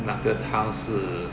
那个汤是